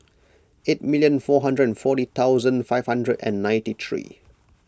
eight minute four hundred and forty thousand five hundred and ninety three